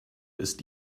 ist